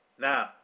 Now